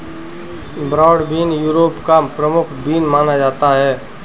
broad bean Europe का प्रमुख bean माना जाता है